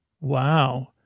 Wow